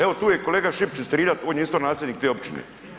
Evo, tu je kolega Šipčić iz Trilja on je isto nasljednik te općine.